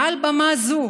מעל במה זו